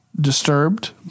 disturbed